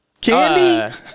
Candy